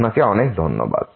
আপনাকে অনেক ধন্যবাদ